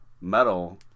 metal